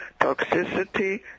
toxicity